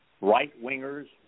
right-wingers